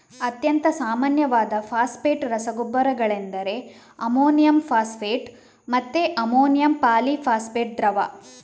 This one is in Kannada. ಅತ್ಯಂತ ಸಾಮಾನ್ಯವಾದ ಫಾಸ್ಫೇಟ್ ರಸಗೊಬ್ಬರಗಳೆಂದರೆ ಅಮೋನಿಯಂ ಫಾಸ್ಫೇಟ್ ಮತ್ತೆ ಅಮೋನಿಯಂ ಪಾಲಿ ಫಾಸ್ಫೇಟ್ ದ್ರವ